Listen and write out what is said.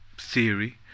theory